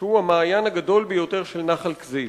שהוא המעיין הגדול ביותר של נחל כזיב.